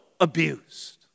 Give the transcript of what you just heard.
abused